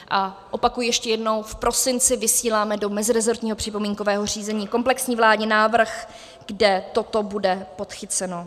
A opakuji ještě jednou, v prosinci vysíláme do mezirezortního připomínkového řízení komplexní vládní návrh, kde toto bude podchyceno.